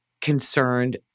concerned